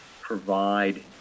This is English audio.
provide